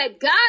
God